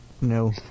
No